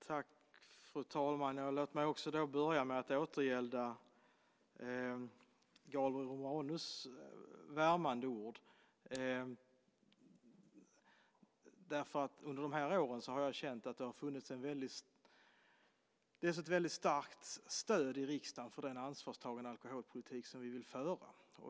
Fru talman! Låt mig börja med att återgälda Gabriel Romanus värmande ord. Under de här åren har jag känt att det har funnits ett väldigt starkt stöd i riksdagen för den ansvarstagande alkoholpolitik som vi vill föra.